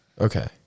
Okay